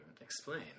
Explain